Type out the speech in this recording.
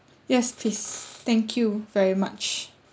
yes please thank you very much